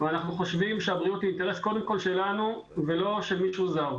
ואנחנו חושבים שהבריאות היא אינטרס קודם כול שלנו ולא של מישהו זר.